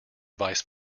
vice